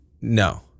no